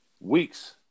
weeks